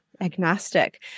Agnostic